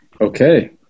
Okay